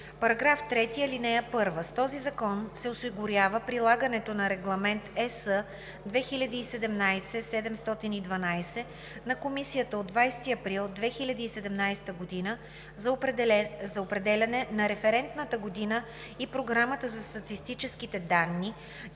на § 3: „§ 3. (1) С този закон се осигурява прилагането на Регламент (ЕС) 2017/712 на Комисията от 20 април 2017 г. за определяне на референтната година и програмата за статистическите данни